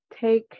take